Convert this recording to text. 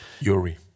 Yuri